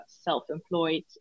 self-employed